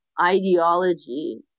ideology